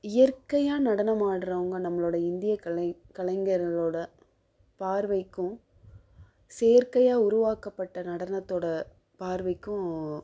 இயற்கையாக நடனம் ஆடுறவங்க நம்மளோட இந்திய கலை கலைஞர்களோட பார்வைக்கும் செயற்கையாக உருவாக்கப்பட்ட நடனத்தோட பார்வைக்கும்